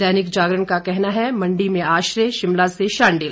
दैनिक जागरण का कहना है मंडी में आश्रय शिमला से शांडिल